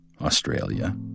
Australia